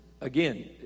Again